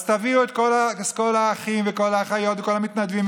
אז תביאו את כל האחים וכל האחיות וכל המתנדבים,